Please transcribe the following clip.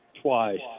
twice